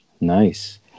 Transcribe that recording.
Nice